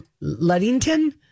Luddington